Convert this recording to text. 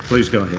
please go